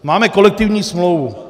Máme kolektivní smlouvu.